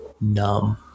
numb